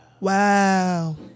Wow